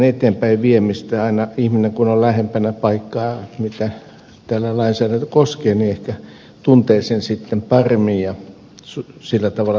aina kun ihminen on lähempänä paikkaa jota täällä lainsäädäntö koskee ehkä hän tuntee sen sitten paremmin ja sillä tavalla suhtautuminen paranee